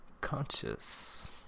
conscious